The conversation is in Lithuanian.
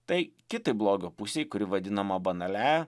tai kitai blogio pusei kuri vadinama banaliąja